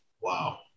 Wow